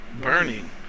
burning